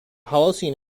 holocene